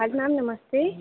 ma'am नमस्ते